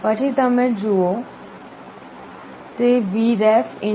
પછી તમે આ જુઓ તે Vref